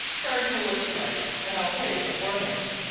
charge me what you like, and i'll pay beforehand,